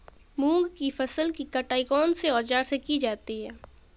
मूंग की फसल की कटाई कौनसे औज़ार से की जाती है?